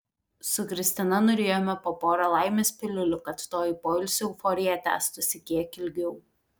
su kristina nurijome po porą laimės piliulių kad toji poilsio euforija tęstųsi kiek ilgiau